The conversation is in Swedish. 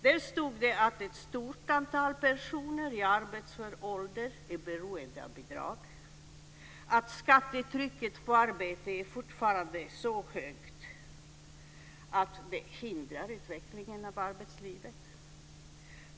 Där stod det att ett stort antal personer i arbetsför ålder är beroende av bidrag och att skattetrycket på arbete fortfarande är så högt att det hindrar utvecklingen av arbetslivet.